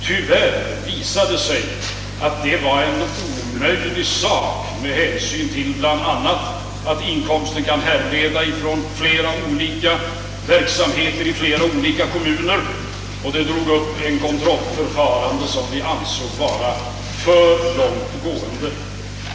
Tyvärr visade det sig att detta var omöjligt, bl.a. med hänsyn till att inkomsten kan härröra från flera olika verksamheter i olika kommuner. Kontrollförfarandet skulle under sådana omständigheter, fann vi, bli för långt gående.